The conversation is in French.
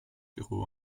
zéro